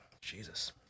Jesus